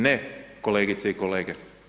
Ne, kolegice i kolege.